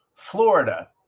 Florida